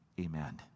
amen